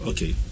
Okay